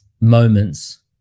moments